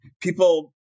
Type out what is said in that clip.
people